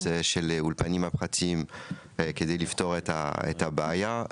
של אולפנים הפרטיים כדי לפתור את הבעיה,